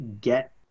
get